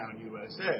USA